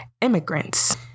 immigrants